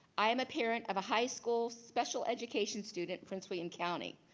i am a parent of a high school special education student, prince william county.